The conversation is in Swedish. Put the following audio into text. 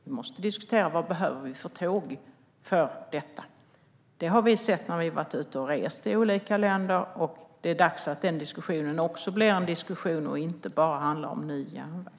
Vi måste diskutera vad vi behöver för tåg för detta. Sådant har vi sett när vi har varit ute och rest i olika länder. Det är dags att detta blir en diskussion som handlar om tåg och inte bara om ny järnväg.